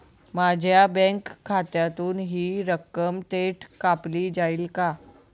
माझ्या बँक खात्यातून हि रक्कम थेट कापली जाईल का?